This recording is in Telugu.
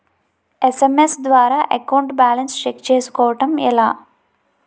ఎస్.ఎం.ఎస్ ద్వారా అకౌంట్ బాలన్స్ చెక్ చేసుకోవటం ఎలా?